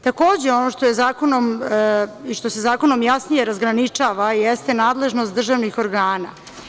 Takođe, ono što je zakonom i što se zakonom jasnije razgraničava jeste nadležnost državnih organa.